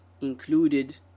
included